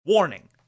Warning